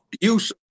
use